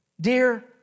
Dear